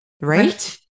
right